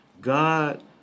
God